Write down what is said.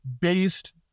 based